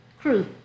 Crew